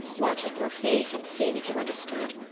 watching your face and seeing if you understood.